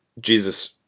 Jesus